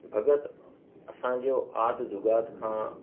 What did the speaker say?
भॻत असांजो आदि जुगादि खां